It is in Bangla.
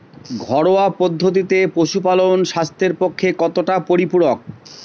ঘরোয়া পদ্ধতিতে পশুপালন স্বাস্থ্যের পক্ষে কতটা পরিপূরক?